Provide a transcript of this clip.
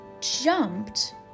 jumped